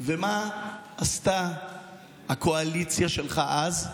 ומה עשתה הקואליציה שלך אז?